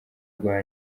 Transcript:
rwa